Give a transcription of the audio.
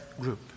group